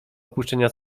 opuszczenia